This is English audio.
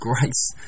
grace